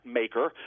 maker